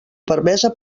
permesa